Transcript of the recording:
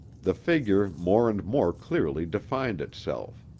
the figure more and more clearly defined itself.